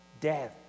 death